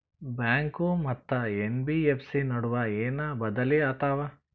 Bank ಮತ್ತ NBFC ನಡುವ ಏನ ಬದಲಿ ಆತವ?